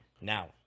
now